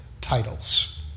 titles